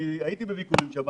והייתי בביקורים שם